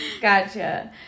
gotcha